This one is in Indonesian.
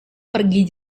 pergi